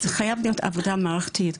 זה חייב להיות עבודה מערכתית,